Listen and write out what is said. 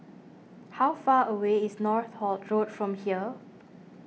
how far away is Northolt Road from here